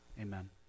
amen